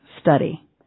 study